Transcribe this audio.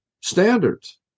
standards